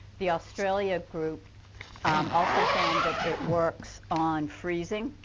the australia group also found that it works on freezing.